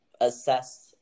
assess